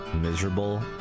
miserable